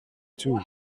two